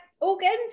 organs